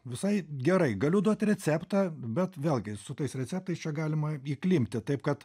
visai gerai galiu duot receptą bet vėlgi su tais receptais čia galima įklimpti taip kad